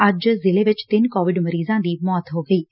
ਅੱਜ ਜ਼ਿਲ੍ਹੇ ਚ ਤਿੰਨ ਕੋਵਿਡ ਮਰੀਜ਼ਾਂ ਦੀ ਮੌਤ ਹੋਈ ਏ